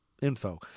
info